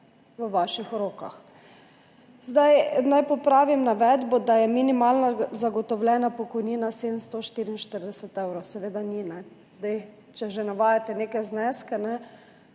v vaših rokah. Naj popravim navedbo, da je minimalna zagotovljena pokojnina 744 evrov. Seveda ni. Če že navajate neke zneske,